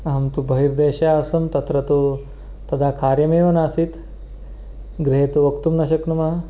अहं तु बहिर्देशे आसम् तत्र तु तदा कार्यमेव नासीत् गृहे तु वक्तुं न शक्नुमः